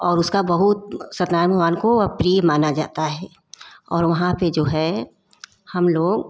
और उसका बहुत सत्यनारायण भगवान को प्रिय माना जाता है और वहाँ पे जो है हम लोग